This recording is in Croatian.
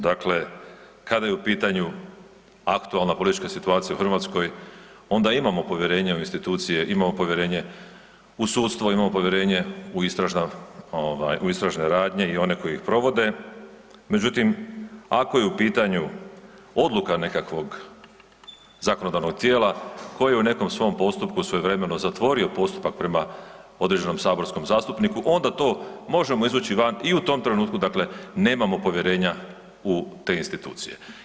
Dakle, kada je u pitanju aktualna politička situacija u Hrvatskoj, onda imamo povjerenje u institucije, imamo povjerenje u sudstvo, imao povjerenje u istražne radnje i one koji ih provode, međutim, ako je u pitanju odluka nekakvog zakonodavnog tijela koje u nekom svom postupku svojevremeno zatvorio postupak prema određenom saborskom zastupniku, onda to možemo izvući van i u tom trenutku dakle, nemamo povjerenja u te institucije.